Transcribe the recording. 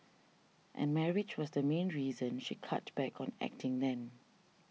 and marriage was the main reason she cut back on acting then